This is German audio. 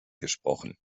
gesprochen